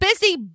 busy